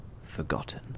forgotten